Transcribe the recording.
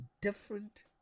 different